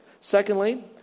Secondly